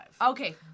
Okay